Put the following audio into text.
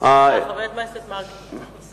חבר הכנסת מרגי.